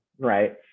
right